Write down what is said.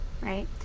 right